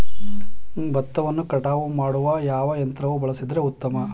ಭತ್ತವನ್ನು ಕಟಾವು ಮಾಡಲು ಯಾವ ಯಂತ್ರವನ್ನು ಬಳಸಿದರೆ ಉತ್ತಮ?